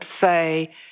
say